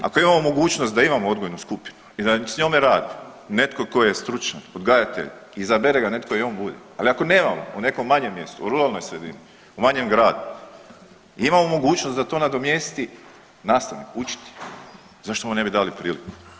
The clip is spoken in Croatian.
Ako imamo mogućnost da imamo odgojnu skupinu i da s njome radi netko tko je stručan odgajatelj, izabere ga netko i on bude, ali ako nemamo u nekom manjem mjestu u ruralnoj sredini, u manjem gradu, imamo mogućnost da to nadomjesti nastavnik, učitelj, zašto mu ne bi dali priliku.